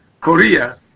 Korea